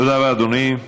תודה, רבה, אדוני.